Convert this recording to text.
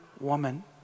woman